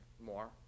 more